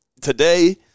today